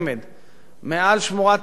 מעל שמורת הטבע עין-חמד.